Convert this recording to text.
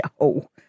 No